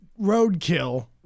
roadkill